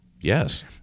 Yes